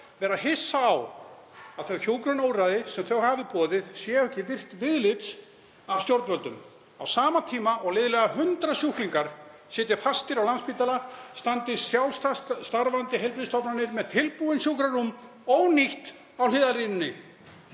vera hissa á að þau hjúkrunarúrræði sem þau hafa boðið séu ekki virt viðlits af stjórnvöldum. Á sama tíma og liðlega 100 sjúklingar sitja fastir á Landspítala, standi sjálfstætt starfandi heilbrigðisstofnanir með tilbúin sjúkrarúm ónýtt á hliðarlínunni.